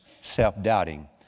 self-doubting